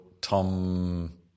Tom